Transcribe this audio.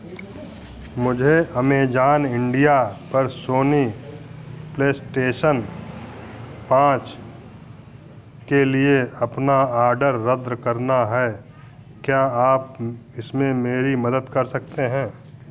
मुझे Amazon India पर Sony PlayStation पाँच के लिए अपना आडर रद्द करना है क्या आप इसमें मेरी मदद कर सकते हैं